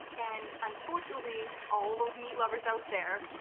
and unfortunately all those meat lovers out there,